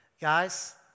Guys